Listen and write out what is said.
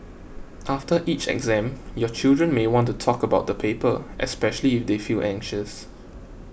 after each exam your children may want to talk about the paper especially if they feel anxious